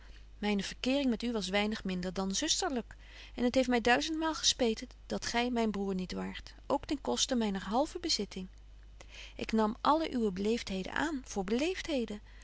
myne verkeering met u was weinig minder dan zusterlyk en het heeft my duizendmaal gespeten dat gy myn broêr niet waart ook ten koste myner halve bezitting ik nam alle uwe beleeftheden aan voor